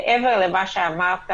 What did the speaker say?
מעבר למה שאמרת